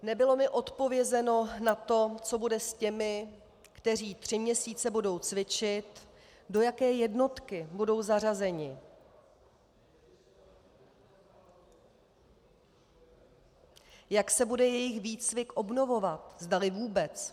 Nebylo mi odpovězeno na to, co bude s těmi, kteří tři měsíce budou cvičit, do jaké jednotky budou zařazeni, jak se bude jejich výcvik obnovovat, zdali vůbec.